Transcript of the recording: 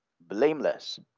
blameless